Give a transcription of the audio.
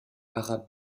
arabe